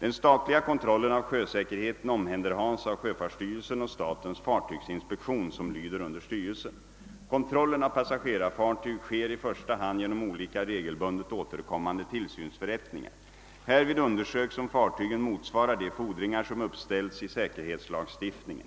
Den statliga kontrollen av sjösäkerheten omhänderhas av sjöfartsstyrelsen och statens fartygsinspektion, som lyder under styrelsen. Kontrollen av passagerarfartyg sker i första hand genom olika, regelbundet återkommande tillsynsförrättningar. Härvid undersöks om fartygen motsvarar de fordringar som uppställts i säkerhetslagstiftningen.